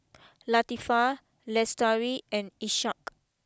Latifa Lestari and Ishak